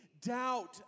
doubt